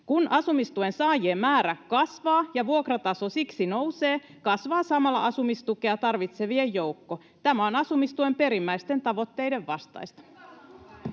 Kun asumistuen saajien määrä kasvaa ja vuokrataso siksi nousee, kasvaa samalla asumistukea tarvitsevien joukko. Tämä on asumistuen perimmäisten tavoitteiden vastaista.”